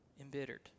embittered